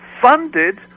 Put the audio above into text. funded